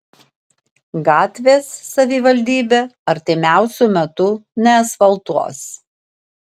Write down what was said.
gatvės savivaldybė artimiausiu metu neasfaltuos